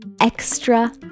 extra